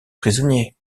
prisonnier